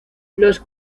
los